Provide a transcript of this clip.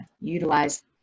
utilize